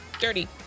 dirty